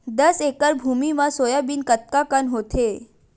दस एकड़ भुमि म सोयाबीन कतका कन होथे?